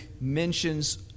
mentions